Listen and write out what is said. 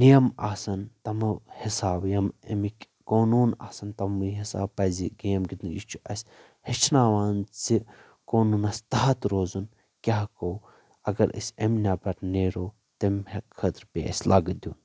نیم آسن تمو حِساب یم امِکۍ قونوٗن آسن تمو حساب پزِ یہِ گیم گندٕنۍ یہِ چھُ اسہِ ہیٚچھناوان زِ قونوٗنس تحت روزُن کیاہ گوٚو اگر أسۍ امہِ نیٚبر نیرو تمہِ خٲطرٕ پیٚیہِ اسہِ لاگہٕ دِیُن